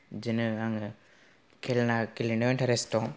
बिदिनो आङो खेला गेलेनायाव इन्टारेस्ट दं